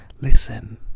listen